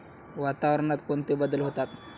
वातावरणात कोणते बदल होतात?